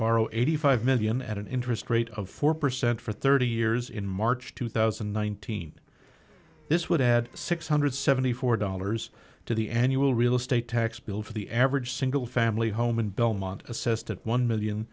borrow eighty five million dollars at an interest rate of four percent for thirty years in march two thousand and nineteen this would add six hundred and seventy four dollars to the annual real estate tax bill for the average single family home in belmont assessed at one million